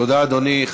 תודה, אדוני.